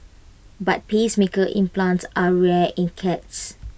but pacemaker implants are rare in cats